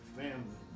family